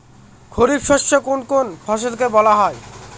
খারিফ শস্য কোন কোন ফসলকে বলা হয়?